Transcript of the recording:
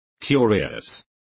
Curious